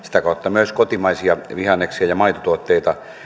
myös kotimaisia vihanneksia ja maitotuotteita